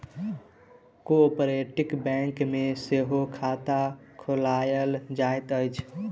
cooperative bank मे सेहो खाता खोलायल जाइत अछि